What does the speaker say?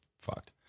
fucked